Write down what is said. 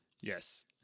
yes